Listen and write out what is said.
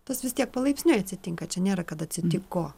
tas vis tiek palaipsniui atsitinka čia nėra kada atsitiko